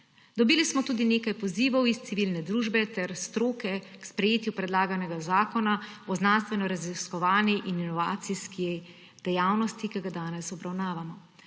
Dobili smo tudi nekaj pozivov iz civilne družbe ter stroke k sprejetju predlaganega zakona o znanstvenoraziskovalni in inovacijski dejavnosti, ki ga danes obravnavamo.